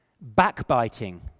backbiting